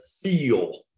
feel